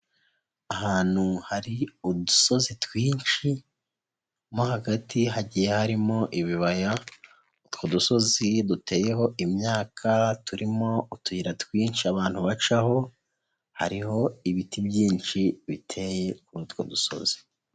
Ahantu hari udusozi twinshi mo hagati hagiye harimo ibibaya, utwo dusozi duteyeho imyaka turimo utuyira twinshi abantu bacaho, hariho ibiti byinshi biteye utwo dusozi.